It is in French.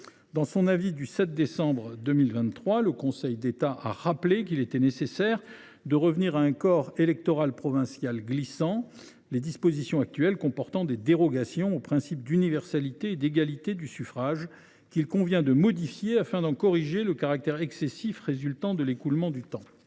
Dans son avis du 7 décembre 2023, le Conseil d’État a rappelé qu’il était nécessaire de revenir à un corps électoral provincial glissant, les dispositions actuelles comportant « des dérogations aux principes d’universalité et d’égalité du suffrage » qu’il convient de modifier afin « d’en corriger le caractère excessif résultant de l’écoulement du temps